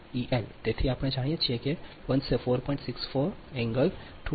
તેથી આપણે જાણીએ છીએ કે આ બનશે 4